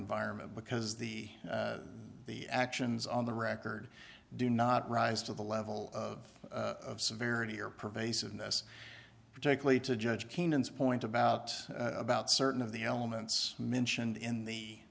environment because the the actions on the record do not rise to the level of severity or pervasiveness particularly to judge keenan's point about about certain of the elements mentioned in the